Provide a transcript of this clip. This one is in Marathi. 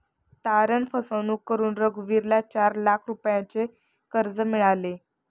तारण फसवणूक करून रघुवीरला चार लाख रुपयांचे कर्ज मिळाले